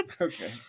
Okay